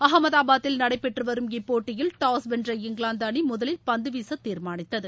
அகமதாபாத்தில் நடைபெற்று வரும் இப்போட்டியில் டாஸ் வென்ற இங்கிலாந்து அணி முதலில் பந்து வீச தீர்மானித்தது